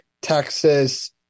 Texas